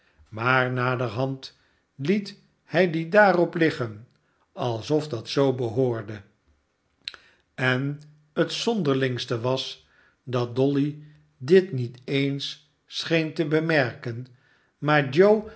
maar naderhand liet hij die daarop liggen alsof dat zoo behoorde en het zonderlingste was dat dolly dit niet eens scheen te bemerken maar joe